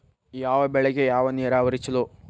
ಯಾವ ಬೆಳಿಗೆ ಯಾವ ನೇರಾವರಿ ಛಲೋ?